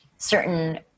certain